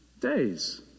days